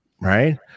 right